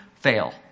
fail